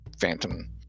phantom